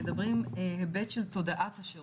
מדברים בהיבט של תודעת השירות.